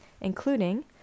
including